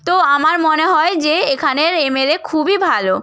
তো আমার মনে হয় যে এখানের এমএলএ খুবই ভালো